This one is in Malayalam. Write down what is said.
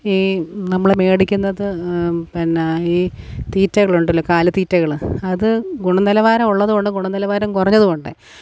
ഈ നമ്മള് മേടിക്കുന്നത് പിന്നെ ഈ തീറ്റകളുണ്ടല്ലോ കാലി ത്തീറ്റകള് അത് ഗുണനിലവാരം ഉള്ളതുമുണ്ട് ഗുണനിലവാരം കുറഞ്ഞതുവുണ്ടേ